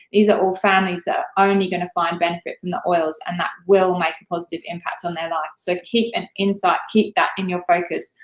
these are all families that are only gonna find benefit from the oils, and that will make a positive impact on their life, so keep an insight. keep that in your focus,